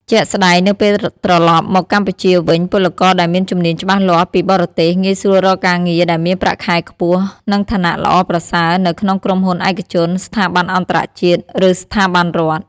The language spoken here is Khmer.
ជាក់ស្ដែង នៅពេលត្រឡប់មកកម្ពុជាវិញ ពលករដែលមានជំនាញច្បាស់លាស់ពីបរទេស ងាយស្រួលរកការងារដែលមានប្រាក់ខែខ្ពស់ និងឋានៈល្អប្រសើរនៅក្នុងក្រុមហ៊ុនឯកជន ស្ថាប័នអន្តរជាតិ ឬស្ថាប័នរដ្ឋ។